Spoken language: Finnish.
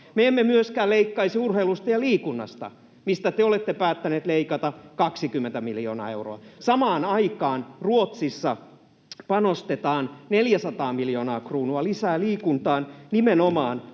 Me emme myöskään leikkaisi urheilusta ja liikunnasta, mistä te olette päättäneet leikata 20 miljoonaa euroa. Samaan aikaan Ruotsissa panostetaan 400 miljoonaa kruunua lisää liikuntaan, nimenomaan